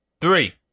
three